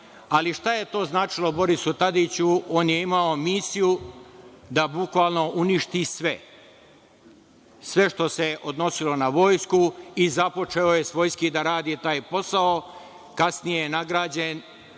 ali šta je to značilo Borisu Tadiću, on je imao misiju da bukvalno uništi sve. Sve što se odnosilo na Vojsku i započeo je svojski da radi taj posao. Kasnije je nagrađen